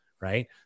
right